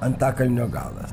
antakalnio galas